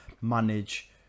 manage